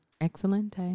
excellent